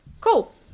Cool